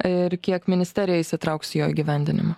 ir kiek ministerija įsitrauks jo įgyvendinimą